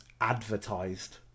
advertised